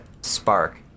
spark